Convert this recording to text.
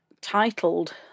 titled